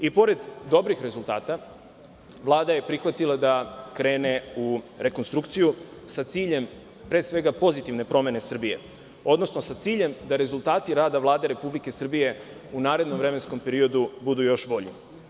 I pored dobrih rezultata Vlada je prihvatila da krene u rekonstrukciju sa ciljem pre svega pozitivne promene Srbije odnosno sa ciljem da rezultati rada Vlade Republike Srbije u narednom vremenskom periodu budu još bolji.